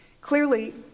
Clearly